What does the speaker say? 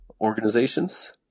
organizations